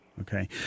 Okay